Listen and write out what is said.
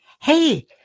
Hey